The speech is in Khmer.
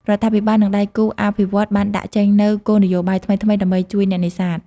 រដ្ឋាភិបាលនិងដៃគូអភិវឌ្ឍន៍បានដាក់ចេញនូវ គោលនយោបាយ ថ្មីៗដើម្បីជួយអ្នកនេសាទ។